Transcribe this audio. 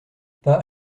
pas